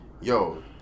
Yo